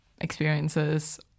experiences